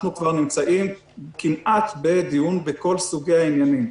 כבר נמצאים בדיון כמעט בכל סוגי העניינים.